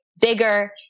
bigger